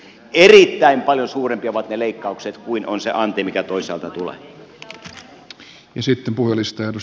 erittäin paljon suurempia ovat ne leikkaukset kuin on se anti mikä toisaalta tulee